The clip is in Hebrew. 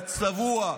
יא צבוע.